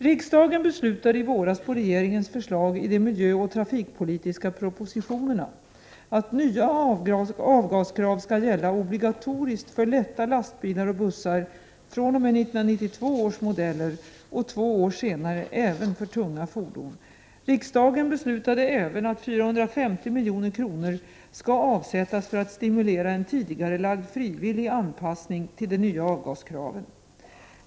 Riksdagen beslutade i våras på regeringens förslag i de miljöoch trafikpolitiska propositionerna att nya avgaskrav skall gälla obligatoriskt för lätta lastbilar och bussar fr.o.m. 1992 års modeller och två år senare även för tunga fordon. Riksdagen beslutade även att 450 milj.kr. skall avsättas för att stimulera en tidigarelagd frivillig anpassning till de nya avgaskraven.